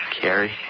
Carrie